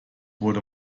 wurde